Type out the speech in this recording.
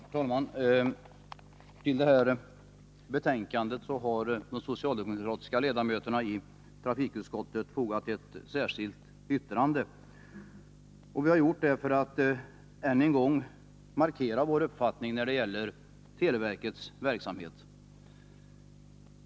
Herr talman! Till detta betänkande har de socialdemokratiska ledamöternai trafikutskottet fogat ett särskilt yttrande. Vi har gjort detta för att än en gång markera vår uppfattning när det gäller televerkets verksamhet.